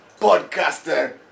podcaster